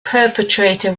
perpetrator